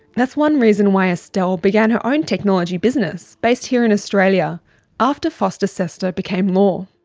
that's one reason why estelle began her own technology business based here in australia after fosta-sesta became law.